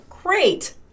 Great